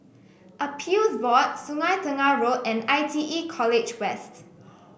Appeals Board Sungei Tengah Road and I T E College West